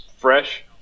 fresh